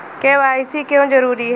KYC क्यों जरूरी है?